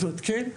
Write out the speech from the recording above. אז היא אומרת, כן,